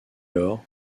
lors